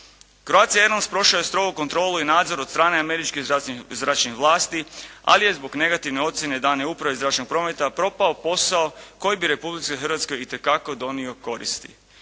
Croatia Airlines prošao je strogu kontrolu i nadzor od strane američkih zračnih vlasti ali je zbog negativne ocjene dane Upravi zračnog prometa propao posao koji bi Republici Hrvatskoj itekako donio koristi.